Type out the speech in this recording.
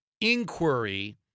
inquiry